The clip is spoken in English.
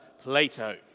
Plato